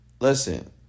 Listen